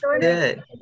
Good